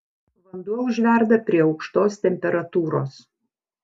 vanduo užverda prie aukštos temperatūros